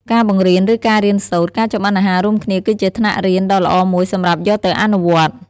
ការបង្រៀន និងការរៀនសូត្រ ការចម្អិនអាហាររួមគ្នាគឺជាថ្នាក់រៀនដ៏ល្អមួយសម្រាប់យកទៅអនុវត្ត ។